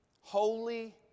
Holy